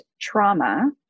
trauma